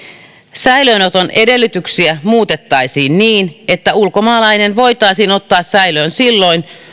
säilöönoton edellytyksiä muutettaisiin niin että ulkomaalainen voitaisiin ottaa säilöön silloin